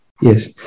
Yes